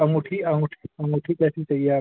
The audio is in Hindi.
और अँगूठी अँगूठी अँगूठी कैसी चाहिए आपको